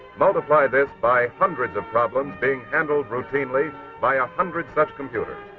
multiply this by hundreds of problems being handled routinely by hundred such computers.